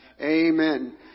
Amen